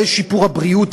על-ידי שיפור הבריאות,